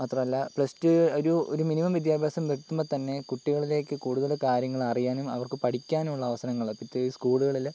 മാത്രമല്ല plus two ഒരു ഒരു മിനിമം വിദ്യാഭ്യാസം എത്തുമ്പോൾ തന്നെ കുട്ടികളിലേക്ക് കൂടുതൽ കാര്യങ്ങൾ അറിയാനും അവർക്ക് പഠിക്കാൻ ഉള്ള അവസരങ്ങളും പ്രതേകിച്ച് സ്കൂളുകളിൽ